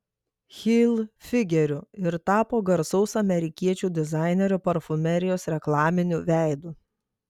hilfigeriu ir tapo garsaus amerikiečių dizainerio parfumerijos reklaminiu veidu